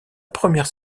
première